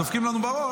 דופקים לנו בראש,